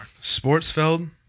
Sportsfeld